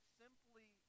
simply